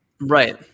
Right